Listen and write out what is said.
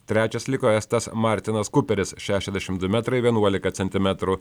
trečias liko estas martinas kuperis šešiasdešim du metrai vienuolika centimetrų